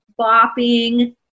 bopping